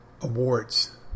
awards